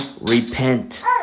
repent